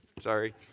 Sorry